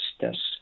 justice